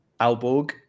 Alborg